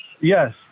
Yes